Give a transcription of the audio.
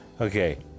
Okay